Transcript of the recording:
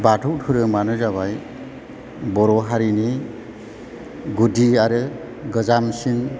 बाथौ धोरोमानो जाबाय बर' हारिनि गुदि आरो गोजामसिन